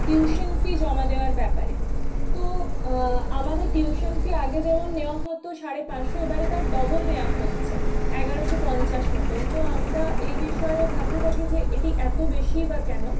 tuition fee জমা দেওয়ার ব্যাপারে তো আমাদের টিউশন ফি আগে যেমন নেওয়া হত সাড়ে পাঁচশো এবারে তার ডবল নেওয়া হচ্ছে এগারোশো পঞ্চাশ মতন তো আমরা এই বিষয়ে ভাবতে থাকি যে এটি এত বেশিই বা কেন